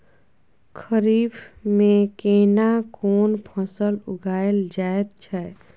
खरीफ में केना कोन फसल उगायल जायत छै?